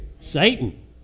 Satan